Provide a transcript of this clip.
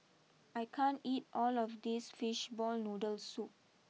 I can't eat all of this Fish Ball Noodle Soup